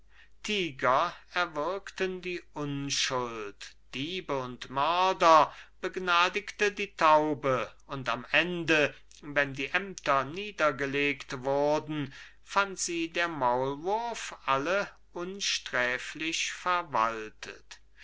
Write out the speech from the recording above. tiger erwürgten die unschuld diebe und mörder begnadigte die taube und am ende wenn die ämter niedergelegt wurden fand sie der maulwurf alle unsträflich verwaltet